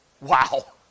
Wow